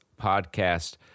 podcast